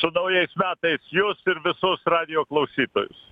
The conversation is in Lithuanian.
su naujais metais jus ir visus radijo klausytojus